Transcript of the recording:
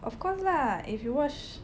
of course lah if you watch